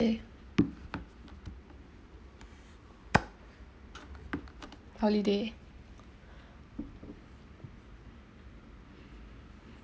holiday